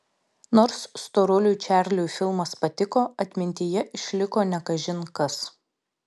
nors storuliui čarliui filmas patiko atmintyje išliko ne kažin kas